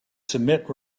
submit